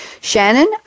Shannon